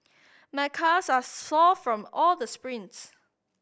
my calves are sore from all the sprints